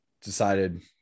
decided